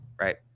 Right